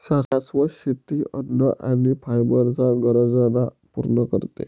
शाश्वत शेती अन्न आणि फायबर च्या गरजांना पूर्ण करते